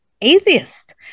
atheist